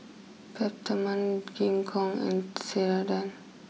Peptamen Gingko and Ceradan